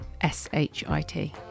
s-h-i-t